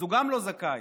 אז גם הוא לא זכאי.